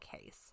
case